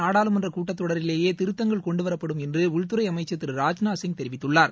நாடாளுமன்ற கூட்டத்தொடரிலேயே திருத்தங்கள் கொண்டுவரப்படும் என்று உள்துறை அமைச்சர் திரு ராஜ்நாத் சிங் தெரிவித்துள்ளார்